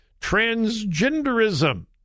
transgenderism